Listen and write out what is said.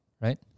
Right